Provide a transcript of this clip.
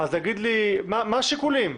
מה השיקולים?